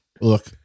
look